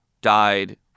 died